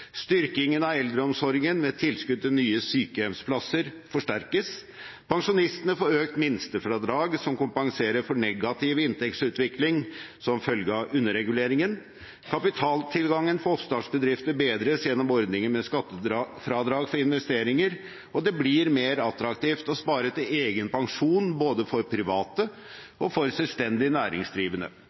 styrkingen av eldreomsorgen ved tilskudd til nye sykehjemsplasser forsterkes, pensjonistene får økt minstefradrag, som kompenserer for negativ inntektsutvikling som følge av underreguleringen, kapitaltilgangen for oppstartsbedrifter bedres gjennom ordningen med skattefradrag for investeringer, det blir mer attraktivt å spare til egen pensjon både for private og for selvstendig næringsdrivende,